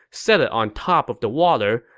set it on top of the water,